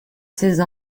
seize